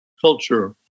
culture